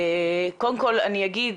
קודם כל אני אגיד,